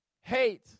hate